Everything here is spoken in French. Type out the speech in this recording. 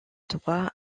droit